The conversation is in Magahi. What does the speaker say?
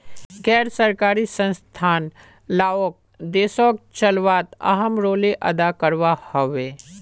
गैर सरकारी संस्थान लाओक देशोक चलवात अहम् रोले अदा करवा होबे